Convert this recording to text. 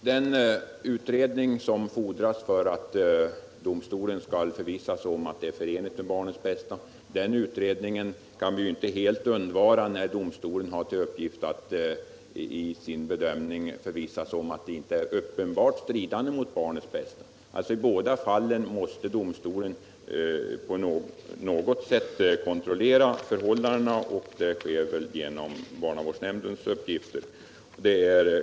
Den utredning som fordras för att domstolen skall förvissa sig om att den gemensamma vårdnaden är förenlig med barnets bästa kan heller inte helt undvaras när domstolen har till uppgift att i sin bedömning förvissa sig om att åtgärden inte är uppenbart stridande mot barnets bästa. I båda fallen måste domstolen på något sätt kontrollera förhållandena, och det sker väl genom uppgifter från barnavårdsnämnden.